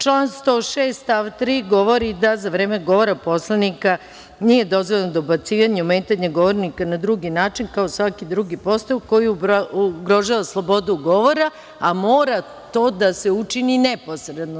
Član 106. stav 3. govori da za vreme govora poslanika nije dozvoljeno dobacivanje, ometanje govornika na drugi način, kao i svaki drugi postupak koji ugrožava slobodu govora, a mora to da se učini neposredno.